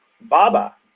Baba